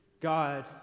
God